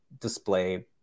Display